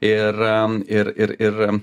ir ir ir ir